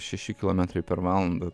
šeši kilometrai per valandą